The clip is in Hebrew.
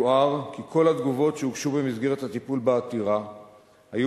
יוער כי כל התגובות שהוגשו במסגרת הטיפול בעתירה היו